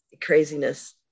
craziness